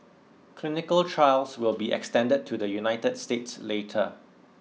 clinical trials will be extended to the United States later